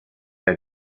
der